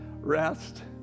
rest